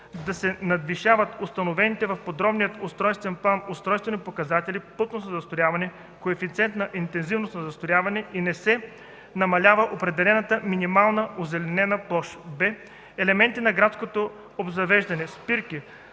да се надвишават установените в подробния устройствен план устройствени показатели - плътност на застрояване, коефициент на интензивност на застрояване и не се намалява определената минимална озеленена площ; б) елементи на градското обзавеждане - спирки